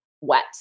wet